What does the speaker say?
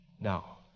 Now